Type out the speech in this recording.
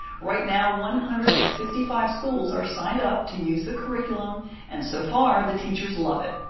right now one hundred and sixty five schools are signed up to use the curriculum and so far the teachers love it.